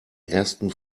ersten